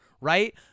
right